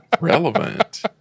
Relevant